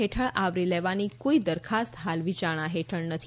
હેઠળ આવરી લેવાની કોઇ દરખાસ્ત હાલ વિચારણા હેઠળ નથી